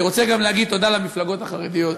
אני רוצה גם להגיד תודה למפלגות החרדיות,